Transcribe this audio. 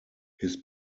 his